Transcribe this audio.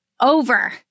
over